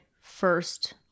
first